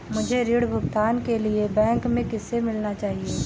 मुझे ऋण भुगतान के लिए बैंक में किससे मिलना चाहिए?